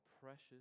precious